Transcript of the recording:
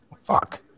Fuck